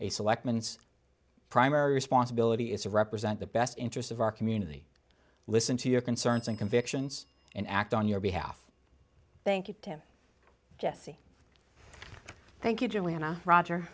a selectman its primary responsibility is to represent the best interest of our community listen to your concerns and convictions and act on your behalf thank you tim jesse thank you julianna roger